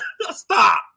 Stop